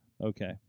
Okay